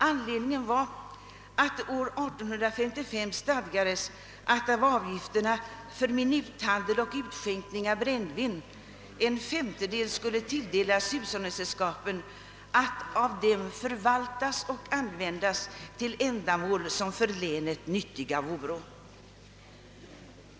Anledningen härtill var att det år 1855 stadgades att av avgifterna för minuthandeln och utskänkning av brännvin en femtedel skulle tilldelas hushållningssällskapen att av dem »förvaltias och användas till ändamål som för länet nyttiga voro».